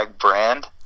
brand